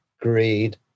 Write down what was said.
greed